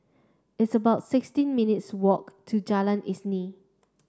it's about sixteen minutes' walk to Jalan Isnin